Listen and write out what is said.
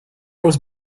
was